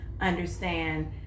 understand